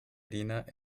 diener